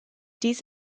dies